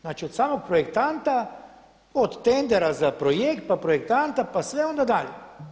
Znači od samog projektanta, od tendera za projekt, pa projektanta pa sve onda dalje.